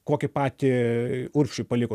kokį patį urbšiui paliko